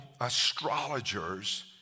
astrologers